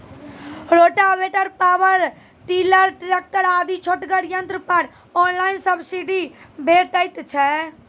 Rotavator, power tiller, tractor आदि छोटगर यंत्र पर ऑनलाइन सब्सिडी भेटैत छै?